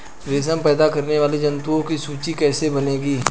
रेशम पैदा करने वाले जंतुओं की सूची कैसे बनेगी?